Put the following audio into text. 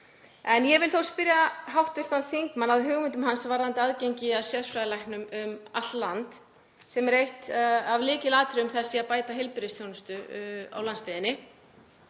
En ég vil spyrja hv. þingmann um hugmyndir hans varðandi aðgengi að sérfræðilæknum um allt land, sem er eitt af lykilatriðum þess að bæta heilbrigðisþjónustu á landsbyggðinni.